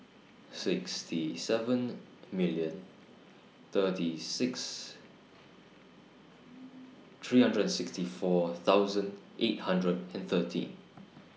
sixty seven million thirty six three hundred and sixty four thousand eight hundred and thirteen